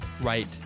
right